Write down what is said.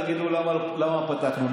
תגידו למה פתחנו,